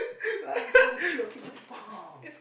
why you don't know how to treat your children